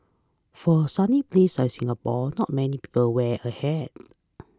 for a sunny place like Singapore not many people wear a hat